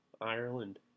Ireland